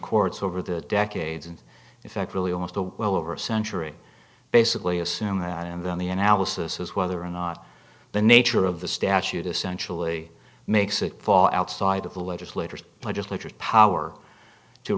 courts over the decades and in fact really almost a well over a century basically assume that and then the analysis is whether or not the nature of the statute essentially makes it fall outside of the legislators legislatures power to